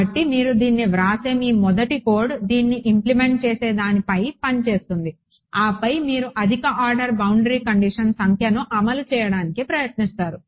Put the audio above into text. కాబట్టి మీరు దీన్ని వ్రాసే మీ మొదటి కోడ్ దీన్ని ఇంప్లిమెంట్ చేస్తే దాని పైన పని చేస్తుంది ఆపై మీరు అధిక ఆర్డర్ బౌండరీ కండిషన్ సంఖ్యను అమలు చేయడానికి ప్రయత్నిస్తారు